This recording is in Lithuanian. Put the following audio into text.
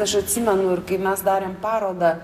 aš atsimenu ir kai mes darėm parodą